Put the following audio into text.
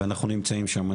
ואנחנו נמצאים שם.